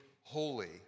holy